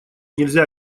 нельзя